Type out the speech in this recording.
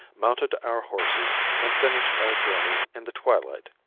mounted our horses and finished our journey in the twilight.